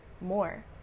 more